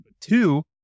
two